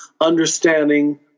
understanding